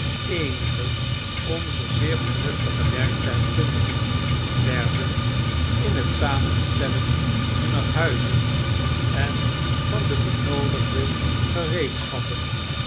eenige onzer zeer vernuftige werktuigkundigen werden in het samenstellen hunner nuizen en van de benoodigde gereedschappen